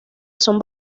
son